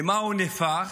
למה הוא נהפך?